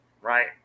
Right